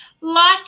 lots